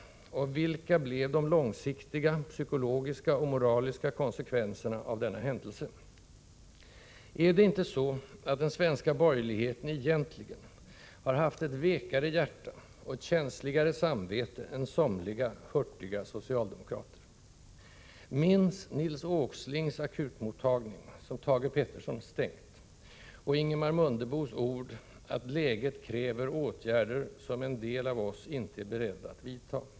Och vilka blev de långsiktiga, psykologiska och moraliska konsekvenserna av denna händelse? Är det inte så att den svenska borgerligheten egentligen har haft ett vekare hjärta och ett känsligare samvete än somliga, hurtiga socialdemokrater? Minns Nils Åslings akutmottagning —som Thage Peterson stängt — och Ingemar Mundebos ord att ”läget kräver åtgärder, som en del av oss inte är beredda att vidta”.